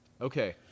Okay